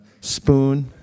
spoon